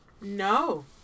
No